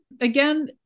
Again